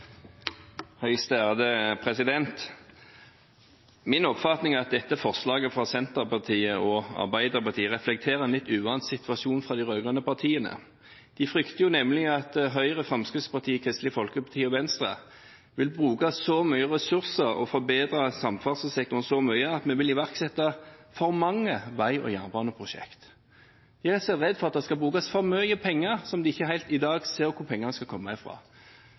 Min oppfatning er at dette forslaget fra Senterpartiet og Arbeiderpartiet reflekterer en litt uvant situasjon for de rød-grønne partiene. De frykter nemlig at Høyre, Fremskrittspartiet, Kristelig Folkeparti og Venstre vil bruke så mye ressurser og forbedre samferdselssektoren så mye at vi vil iverksette for mange vei- og jernbaneprosjekter. De er rett og slett redde for at det skal brukes for mye penger som de i dag ikke helt ser hvor skal komme fra.